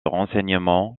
renseignement